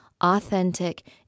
authentic